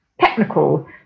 technical